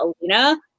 Alina